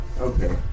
Okay